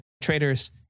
traders